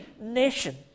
nation